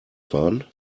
fahren